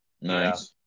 Nice